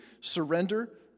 surrender